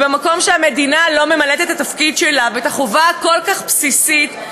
ובמקום שבו המדינה לא ממלאת את התפקיד שלה ואת החובה הכל-כך בסיסית,